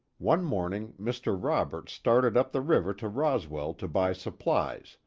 one morning mr. roberts started up the river to roswell to buy supplies,